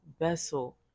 vessel